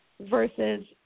versus